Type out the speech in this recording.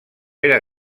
era